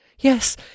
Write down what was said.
Yes